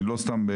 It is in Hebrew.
תסביר לי אותם.